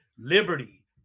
Liberty